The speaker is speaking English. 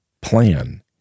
plan